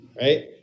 right